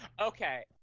Okay